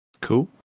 cool